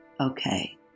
Okay